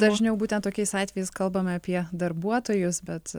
dažniau būtent tokiais atvejais kalbame apie darbuotojus bet